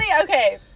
okay